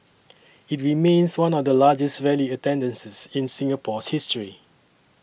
it remains one of the largest rally attendances in Singapore's history